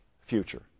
future